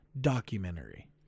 documentary